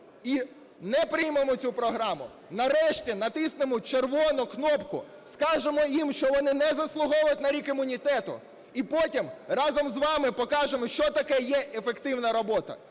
і не приймемо цю програму, нарешті натиснемо червону кнопку, скажемо їм, що вони не заслуговують на рік імунітету, і потім разом з вами покажемо, що таке є ефективна робота.